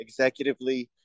executively